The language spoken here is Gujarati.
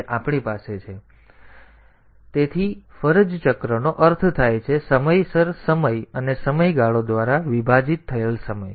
હવે આ સમયગાળામાં તેથી ફરજ ચક્રનો અર્થ થાય છે સમયસર સમય અને સમયગાળો દ્વારા વિભાજિત થયેલ સમય